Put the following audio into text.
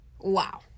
wow